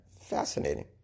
Fascinating